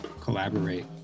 collaborate